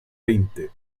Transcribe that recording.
veinte